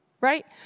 right